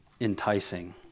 enticing